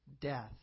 death